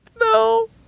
No